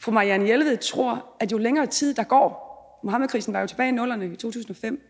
fru Marianne Jelved tror, at jo længere tid der går – Muhammedkrisen var jo tilbage i 00'erne i 2005